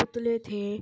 پتلے تھے